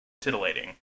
titillating